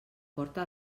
porta